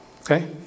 Okay